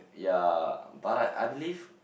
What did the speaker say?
ya but I I believe